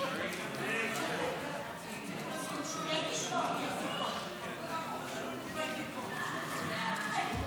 חוק תאגידי מים וביוב (תיקון מס' 17),